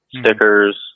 stickers